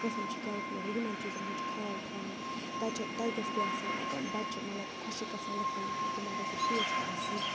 کٲنٛسہِ ما چھ کیلکُلیٹَر یِمَن چیٖزَن ہُنٛد خیال تھاوُن تَتہِ چھِ تَتہِ گَژھِ بیٚیہِ آسٕنۍ بَچہِ مَطلَب خۄشِک گَژھان لیٚکھان لیٚکھان تِمَن گَژھِ ترٛیش تہِ آسٕنۍ